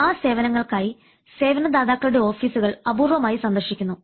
ആ സേവനങ്ങൾക്കായി സേവനദാതാക്കളുടെ ഓഫീസുകൾ അപൂർവമായി സന്ദർശികുന്നു